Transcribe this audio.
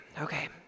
Okay